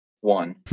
one